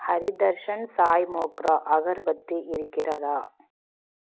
Hari Darshan Sai Mogra agarbatti இருக்கிறதா